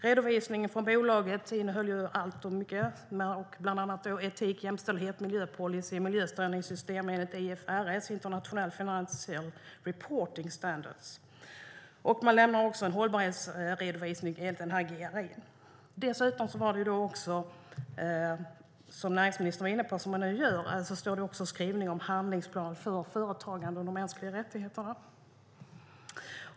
Redovisningen från bolaget innehöll mycket, bland annat policyer för etik, jämställdhet och miljö samt miljöledningssystem enligt IFRS, International Financial Reporting Standards. Man lämnade också en hållbarhetsredovisning enligt GRI. Som näringsministern var inne på i sitt svar finns också en handlingsplan för företagande och mänskliga rättigheter.